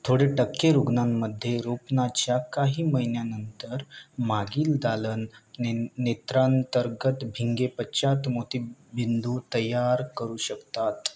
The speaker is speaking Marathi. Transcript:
थोडे टक्के रुग्णामध्ये रोपणाच्या काही महिन्यानंतर मागील दालन न नेत्रांतर्गत भिंगे पश्चात मोती बिंदू तयार करू शकतात